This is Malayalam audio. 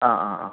ആ ആ ആ